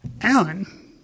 Alan